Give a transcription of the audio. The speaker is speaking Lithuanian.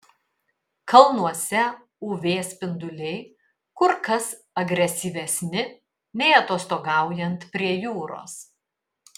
kalnuose uv spinduliai kur kas agresyvesni nei atostogaujant prie jūros